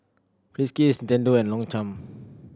Friskies Nintendo and Longchamp